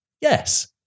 Yes